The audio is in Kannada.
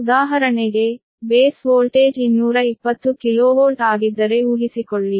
ಉದಾಹರಣೆಗೆ ಬೇಸ್ ವೋಲ್ಟೇಜ್ 220 kV ಆಗಿದ್ದರೆ ಊಹಿಸಿಕೊಳ್ಳಿ